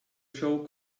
show